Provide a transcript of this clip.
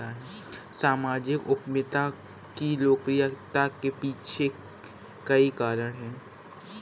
सामाजिक उद्यमिता की लोकप्रियता के पीछे कई कारण है